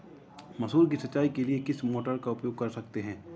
मसूर की सिंचाई के लिए किस मोटर का उपयोग कर सकते हैं?